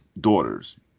daughters